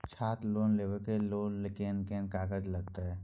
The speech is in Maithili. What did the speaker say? छात्र लोन लेबाक लेल कोन कोन कागज लागतै?